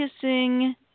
Kissing